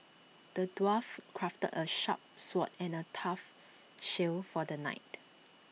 the dwarf crafted A sharp sword and A tough shield for the knight